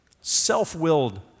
Self-willed